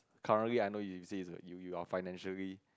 currently I know you say is you you're financially